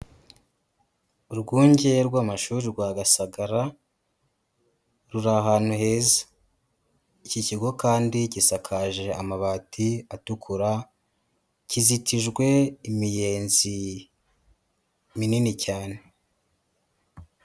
Urwunge rw'amashuri rwa Gasagara ruri ahantu heza, iki kigo kandi gisakaje amabati atukura kizitijwe imiyenzi minini cyane.